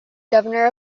governor